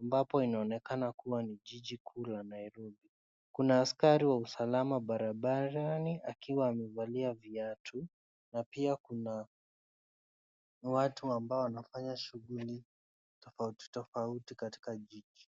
Ambapo inaonekana kuwa ni jiji kuu la Nairobi. Kuna askari wa usalama barabarani, akiwa amevalia viatu, na pia kuna watu ambao wanafanya shughuli tofauti tofauti katika jiji.